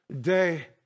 day